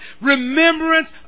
Remembrance